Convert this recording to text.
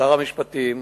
שר המשפטים